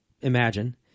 imagine